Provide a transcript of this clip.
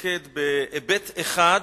להתמקד בהיבט אחד,